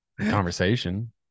conversation